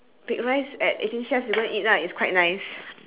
baked rice at eighteen chefs you go and eat lah it's quite nice